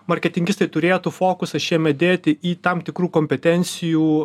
marketingistai turėtų fokusą šiemet dėti į tam tikrų kompetencijų